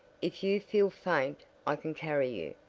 if you feel faint i can carry you.